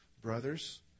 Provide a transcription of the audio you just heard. brothers